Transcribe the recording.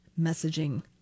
messaging